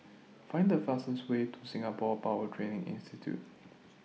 Find The fastest Way to Singapore Power Training Institute